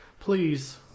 Please